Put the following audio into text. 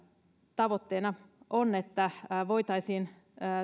tavoitteena on että voitaisiin